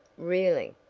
really,